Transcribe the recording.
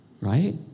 right